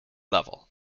level